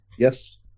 Yes